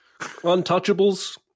Untouchables